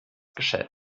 geschäft